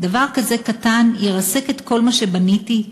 דבר כזה קטן ירסק את כל מה שבניתי?